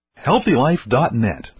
HealthyLife.net